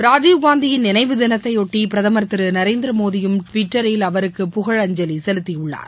ராஜீவ்காந்தியின் நினைவு தினத்தையொட்டி பிரதமர் திரு நரேந்திரமோடியும் டிவிட்டரில் அவருக்கு புகழஞ்சலி செலுத்தியுள்ளார்